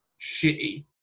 shitty